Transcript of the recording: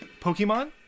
Pokemon